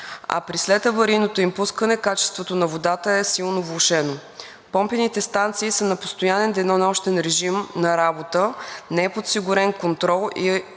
а при следаварийното им пускане качеството на водата е силно влошено. Помпените станции са на постоянен денонощен режим на работа, не е подсигурен контрол и